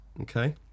okay